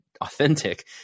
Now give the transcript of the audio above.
authentic